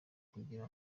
kugira